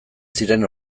ziren